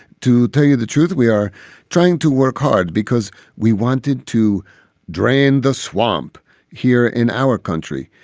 to tell you the truth, we are trying to work hard because we wanted to drain the swamp here in our country.